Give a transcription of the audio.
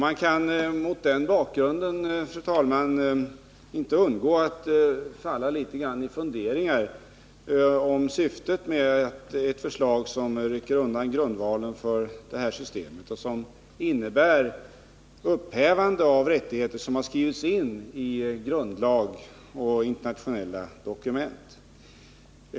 Man kan mot den bakgrunden, fru talman, inte undgå att falla litet grand i funderingar över syftet med ett förslag, som rycker undan grundvalen för detta system och som innebär ett upphävande av rättigheter som har skrivits in i grundlag och i internationella dokument.